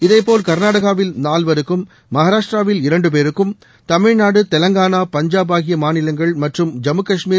இதேபோல் கர்நாடகாவில் நால்வருக்கும் மகாராஷ்ட்ராவில் இரண்டு பேருக்கும் தமிழ்நாடு தெலங்காளா பஞ்சாப் ஆகிய மாநிலங்கள் மற்றும் ஜம்மு காஷ்மீர்